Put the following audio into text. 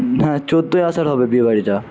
হ্যাঁ চোদ্দোই আষাঢ় হবে বিয়েবাড়িটা